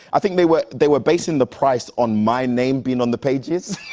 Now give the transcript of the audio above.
i think they were they were basing the price on my name being on the pages.